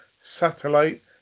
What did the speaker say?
satellite